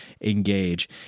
engage